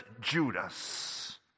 Judas